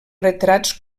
retrats